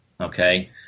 Okay